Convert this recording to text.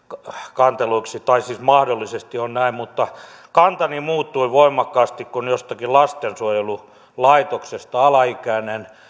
kanteluiksi tai siis mahdollisesti on näin mutta kantani muuttui voimakkaasti kun jostakin lastensuojelulaitoksesta alaikäinen